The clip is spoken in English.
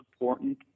important